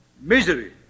misery